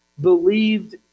believed